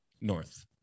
North